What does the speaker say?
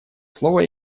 слово